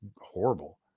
horrible